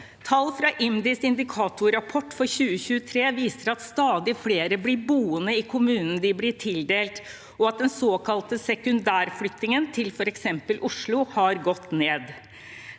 Tall fra IMDis indikatorrapport for 2023 viser at stadig flere blir boende i kommunen de blir tildelt, og at den såkalte sekundærflyttingen til f.eks. Oslo har gått ned.